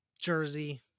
Jersey